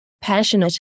passionate